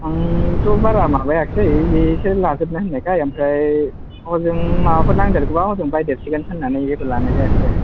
आंथ' बारा माबायाखसै बिसोर लाजोबनो होन्नायखाय ओमफ्राय हजों माबाफोर नांदेगौबा हजों बायदेरसिगोन होन्नानै जेबो लानाय जायासै आरो